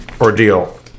ordeal